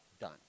done